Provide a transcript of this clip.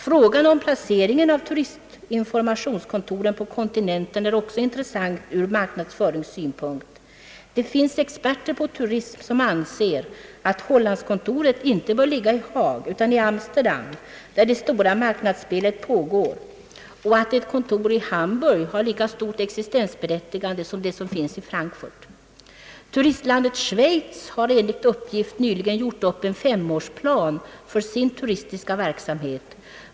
Frågan om placering av turistkontoren på kontinenten är intressant ur marknadsföringssynpunkt. Det finns experter på turism som anser att Hollandskontoret inte bör ligga i Haag utan i Amsterdam där det stora marknadsspelet pågår, och att ett kontor i Hamburg har lika stort existensberättigande som det som finns i Frankfurt. Turistlandet Schweiz har enligt uppgift nyligen gjort upp en femårsplan för sin turistiska verksamhet.